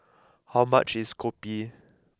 how much is Kopi